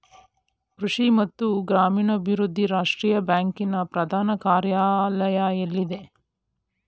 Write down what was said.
ಕೃಷಿ ಮತ್ತು ಗ್ರಾಮೀಣಾಭಿವೃದ್ಧಿ ರಾಷ್ಟ್ರೀಯ ಬ್ಯಾಂಕ್ ನ ಪ್ರಧಾನ ಕಾರ್ಯಾಲಯ ಎಲ್ಲಿದೆ?